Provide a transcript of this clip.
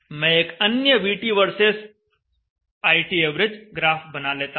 मैं एक अन्य VT वर्सेस ITav ग्राफ बना लेता हूं